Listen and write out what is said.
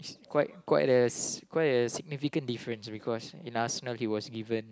quite quite a quite a significant difference because in Arsenal he was given